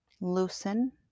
loosen